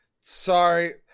sorry